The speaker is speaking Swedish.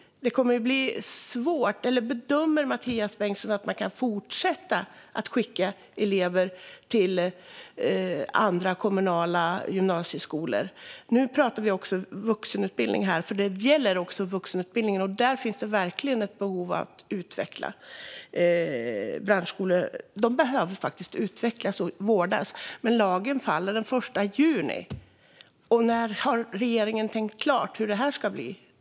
Det kommer att bli svårt. Eller bedömer Mathias Bengtsson att man kan fortsätta att skicka elever till andra kommunala gymnasieskolor? Nu pratar vi också om vuxenutbildning eftersom detta gäller även vuxenutbildningen, och där finns det verkligen ett behov av att utveckla branschskolor. De behöver faktiskt utvecklas och vårdas. Men lagen upphör att gälla den 1 juni. Och när har regeringen tänkt klart när det gäller hur detta ska bli?